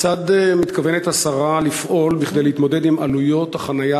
כיצד מתכוונת השרה לפעול כדי להתמודד עם עלויות החניה